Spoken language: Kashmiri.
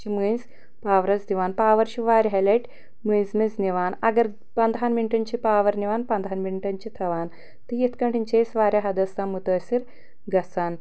چھِ مٔنٛزۍ پاورس دِوان پاور چھِ واریاہے لیٚٹۍ مٔنٛزۍ مٔنٛزۍ نِوان اگر پنٛدہن مِنٹن چھِ پاور نِوان پنٛدہن مِنٹن چھِ تھاوان تہٕ یِتھ کٲٹھٮ۪ن چھِ أسۍ واریاہ حدس تام مُتٲثر گژھان